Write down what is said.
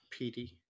PD